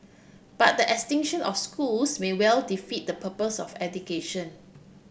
but the extinction of schools may well defeat the purpose of education